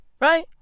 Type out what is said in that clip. right